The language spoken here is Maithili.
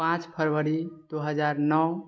पाँच फ़रवरी दू हजार नओ